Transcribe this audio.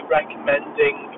recommending